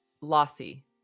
Lossy